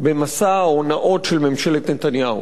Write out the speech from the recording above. במסע ההונאות של ממשלת נתניהו.